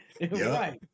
Right